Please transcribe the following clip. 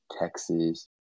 Texas